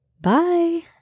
bye